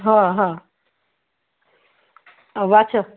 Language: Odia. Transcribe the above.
ହଁ ହଁ ହଉ ବାଛ